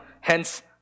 hence